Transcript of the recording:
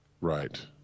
right